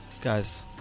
Guys